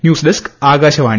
news desk Akashvani